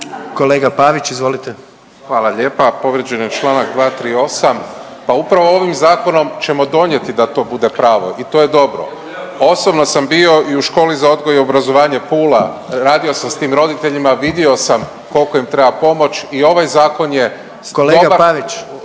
**Pavić, Marko (HDZ)** Hvala lijepa. Povrijeđen je članak 238. Pa upravo ovim zakonom ćemo donijeti da to bude pravo i to je dobro. Osobno sam bio i u Školi za odgoj i obrazovanje Pula, radio sam sa tim roditeljima, vidio sam koliko im treba pomoć i ovaj zakon je dobar